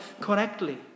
correctly